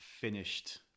finished